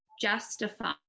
justify